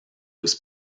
was